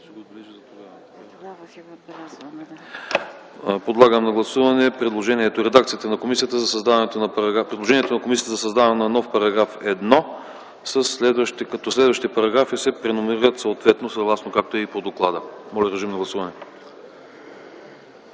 Подлагам на гласуване предложението на комисията за създаване на нов § 1, като следващите параграфи се преномерират съответно, както е и по доклада. Моля, режим на гласуване.